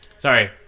Sorry